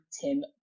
Tim